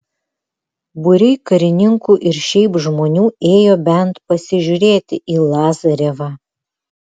būriai karininkų ir šiaip žmonių ėjo bent pasižiūrėti į lazarevą